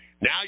now